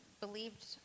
believed